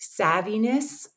savviness